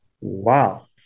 wow